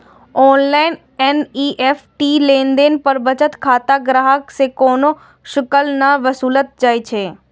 online NEFT लेनदेन पर बचत खाता ग्राहक सं कोनो शुल्क नै वसूलल जाइ छै